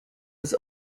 was